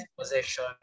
position